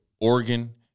Oregon